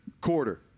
quarter